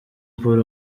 paul